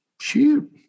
Shoot